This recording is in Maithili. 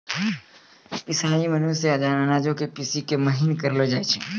पिसाई मशीनो से अनाजो के पीसि के महीन करलो जाय छै